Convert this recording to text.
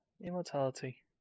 immortality